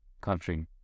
country